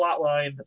plotline